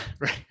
Right